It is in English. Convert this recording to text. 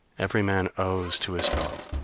every man owes to his fellow.